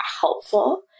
helpful